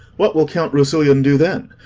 what will count rousillon do then?